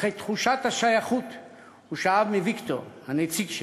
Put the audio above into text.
אך את תחושת השייכות הוא שאב מוויקטור, הנציג שלו,